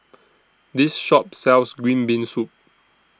This Shop sells Green Bean Soup